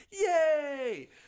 Yay